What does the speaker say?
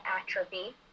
atrophy